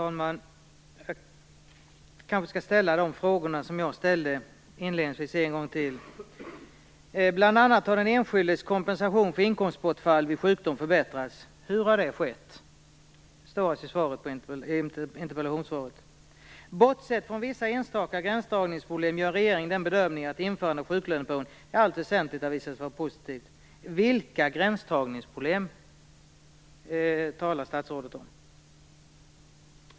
Herr talman! Jag kanske skall ställa de frågor som jag ställde inledningsvis en gång till. I svaret säger statsrådet: Bl.a. har den enskildes kompensation för inkomstbortfall vid sjukdom förbättrats. Jag undrar då: Hur har det skett? Vidare sägs det att regeringen bortsett från vissa enstaka gränsdragningsproblem gör den bedömningen att införandet av sjuklöneperioden i allt väsentligt har visat sig vara positivt. Vilka gränsdragningsproblem talar statsrådet då om?